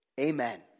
Amen